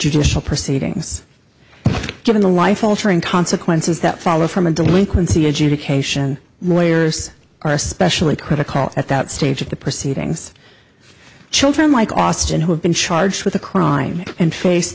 judicial proceedings given the life altering consequences that follow from a delinquency adjudication lawyers are especially critical at that stage of the proceedings children like austin who have been charged with a crime and face